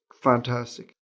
fantastic